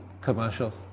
commercials